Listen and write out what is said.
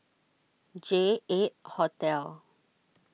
J eight Hotel